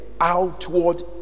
outward